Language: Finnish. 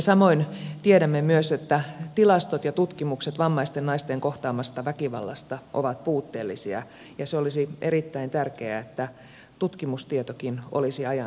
samoin tiedämme myös että tilastot ja tutkimukset vammaisten naisten kohtaamasta väkivallasta ovat puutteellisia ja se olisi erittäin tärkeää että tutkimustietokin olisi ajan tasalla